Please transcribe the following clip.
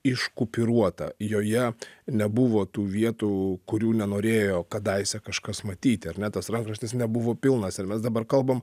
iškupiruota joje nebuvo tų vietų kurių nenorėjo kadaise kažkas matyti ar ne tas rankraštis nebuvo pilnas ir mes dabar kalbam